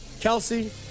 Kelsey